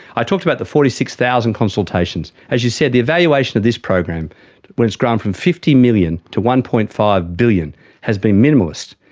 i talked about the forty six thousand consultations. as you said, the evaluation of this program when it's grown from fifty million to one. five billion has been minimalist,